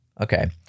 Okay